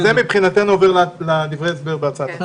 זה מבחינתנו עובר לדברי ההסבר בהצעת החוק.